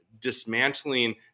dismantling